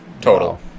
total